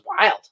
wild